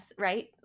Right